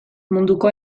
munduko